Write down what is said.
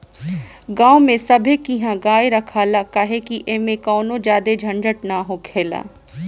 गांव में सभे किहा गाय रखाला काहे कि ऐमें कवनो ज्यादे झंझट ना हखेला